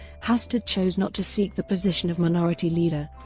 hastert chose not to seek the position of minority leader,